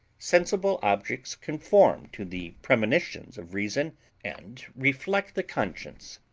sensible objects conform to the premonitions of reason and reflect the conscience.